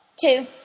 Two